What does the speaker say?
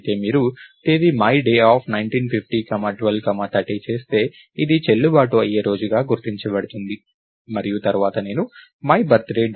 అయితే మీరు తేదీ my day 1950 12 30 చేస్తే ఇది చెల్లుబాటు అయ్యే రోజుగా గుర్తించబడుతుంది మరియు తర్వాత నేను my birthday